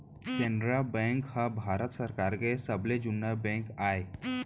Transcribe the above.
Canara bank ह भारत सरकार के सबले जुन्ना बेंक आय